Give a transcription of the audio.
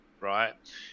right